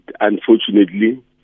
unfortunately